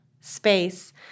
space